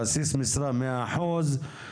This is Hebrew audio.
בסיס משרה מאה אחוז,